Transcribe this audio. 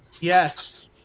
Yes